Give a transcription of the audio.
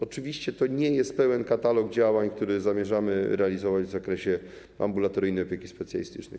Oczywiście to nie jest pełen katalog działań, który zamierzamy realizować w zakresie ambulatoryjnej opieki specjalistycznej.